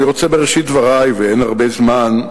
אני רוצה בראשית דברי, ואין הרבה זמן,